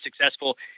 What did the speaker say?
successful